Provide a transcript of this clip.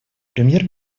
премьер